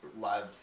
live